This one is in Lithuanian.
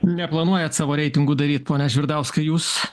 neplanuojat savo reitingų daryt pone žvirdauskai jūs